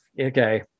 Okay